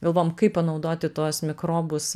galvojom kaip panaudoti tuos mikrobus